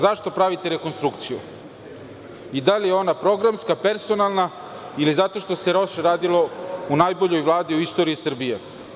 Zašto pravite rekonstrukciju i da li je ona programska, personalna ili zato što se loše radilo u najboljoj Vladi u istoriji Srbije?